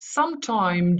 sometime